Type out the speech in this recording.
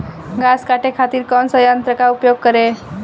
घास काटे खातिर कौन सा यंत्र का उपयोग करें?